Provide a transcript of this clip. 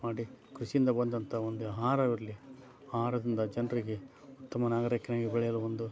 ಮಾಡಿ ಕೃಷಿಯಿಂದ ಬಂದಂಥ ಒಂದು ಆಹಾರವಿರಲಿ ಆಹಾರದಿಂದ ಜನರಿಗೆ ಉತ್ತಮ ನಾಗರೀಕನಾಗಿ ಬೆಳೆಯಲು ಒಂದು